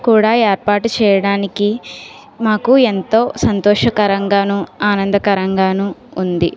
కూడా ఏర్పాటు చేయడానికి మాకు ఎంతో సంతోషకరం గాను ఆనందకరం గాను ఉంది